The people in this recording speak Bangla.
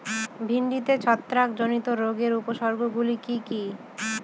ভিন্ডিতে ছত্রাক জনিত রোগের উপসর্গ গুলি কি কী?